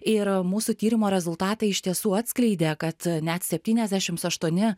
ir mūsų tyrimo rezultatai iš tiesų atskleidė kad net septyniasdešimt aštuoni